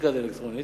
שיטת הקזינו.